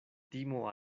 timo